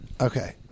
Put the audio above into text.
Okay